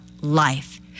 life